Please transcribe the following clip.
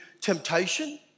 temptation